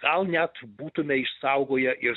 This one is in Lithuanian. gal net būtumėme išsaugoję ir